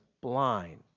blind